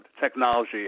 Technology